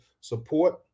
support